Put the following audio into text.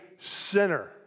sinner